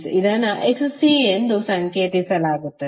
ಇದನ್ನು Xc ಎಂದು ಎಂದು ಸಂಕೇತಿಸಲಾಗುತ್ತದೆ